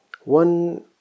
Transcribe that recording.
one